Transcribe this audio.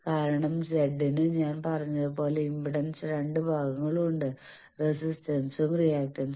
കാരണം Z ന് ഞാൻ പറഞ്ഞതുപോലെ ഇംപെഡൻസ് രണ്ട് ഭാഗങ്ങൾ ഉണ്ട് റെസിസ്റ്റൻസും റിയാക്റ്റൻസും